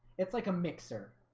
it's like a mixer,